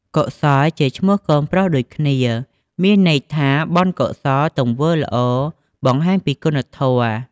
កុសលជាឈ្មោះកូនប្រុសដូចគ្នា មានន័យថាបុណ្យកុសល ទង្វើល្អ បង្ហាញពីគុណធម៌។